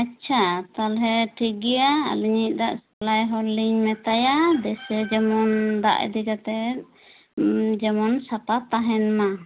ᱟᱪᱪᱷᱟ ᱛᱟᱦᱚᱞᱮ ᱴᱷᱤᱠ ᱜᱮᱭᱟ ᱟᱹᱞᱤᱧ ᱤᱡ ᱫᱟᱜ ᱥᱟᱯᱷᱟᱞᱟᱭ ᱦᱚᱲ ᱞᱤᱧ ᱢᱮᱛᱟᱭᱟ ᱵᱮᱥ ᱛᱮ ᱡᱮᱢᱚᱱ ᱫᱟᱜᱽ ᱤᱫᱤ ᱠᱟᱛᱮᱫ ᱡᱮᱢᱚᱱ ᱥᱟᱯᱷᱟ ᱛᱟᱸᱦᱮᱱ ᱢᱟ